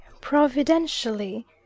providentially